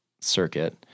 circuit